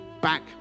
back